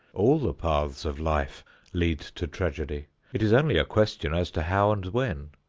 all the paths of life lead to tragedy it is only a question as to how and when.